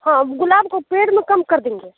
हाँ गुलाब को पेड़ म कम कर देंगे